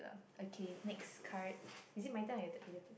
okay next card is it my turn or your turn